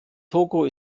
togo